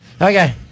Okay